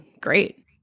great